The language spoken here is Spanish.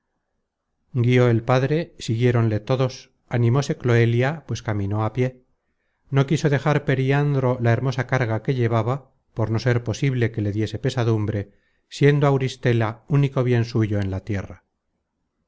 guió el padre siguiéronle todos animóse cloelia pues caminó á pié no quiso dejar periandro la hermosa carga que llevaba por no ser posible que le diese pesadumbre siendo auristela único bien suyo en la tierra